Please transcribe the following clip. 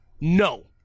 no